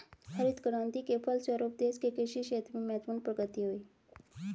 हरित क्रान्ति के फलस्व रूप देश के कृषि क्षेत्र में महत्वपूर्ण प्रगति हुई